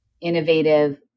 innovative